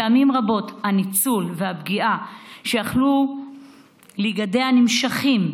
פעמים רבות הניצול והפגיעה שיכלו להיגדע נמשכים,